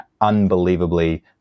unbelievably